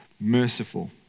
merciful